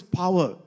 power